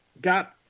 got